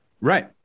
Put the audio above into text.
Right